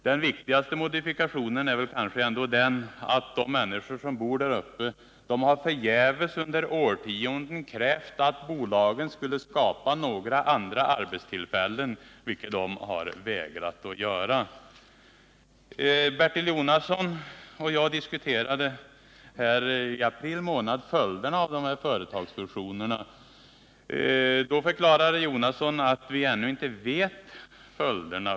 Den viktigaste modifikationen är kanske den att de människor som bor där under årtionden förgäves har krävt att bolagen skall skapa några andra arbetstillfällen, vilket de vägrat att göra. Bertil Jonasson och jag diskuterade här i april månad följderna av de nu aktuella företagsfusionerna. Då förklarade Bertil Jonasson att vi ännu inte känner till följderna.